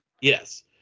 Yes